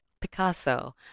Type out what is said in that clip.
Picasso